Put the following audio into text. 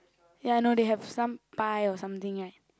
ya no they have some pie or something right